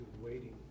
waiting